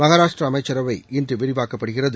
மகாராஷ்டிரா அமைச்சரவை இன்று விரிவாக்கப்படுகிறது